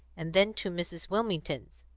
and then to mrs. wilmington's.